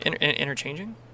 interchanging